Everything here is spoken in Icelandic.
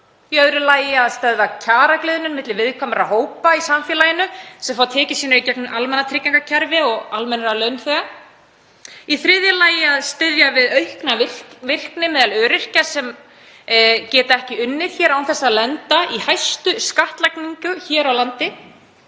Í öðru lagi að stöðva kjaragliðnun milli viðkvæmra hópa í samfélaginu sem fá tekjur sínar í gegnum almannatryggingakerfi og almennra launþega. Í þriðja lagi að styðja við aukna virkni meðal öryrkja sem geta ekki unnið án þess að lenda í hæstu skattlagningu hér á landi.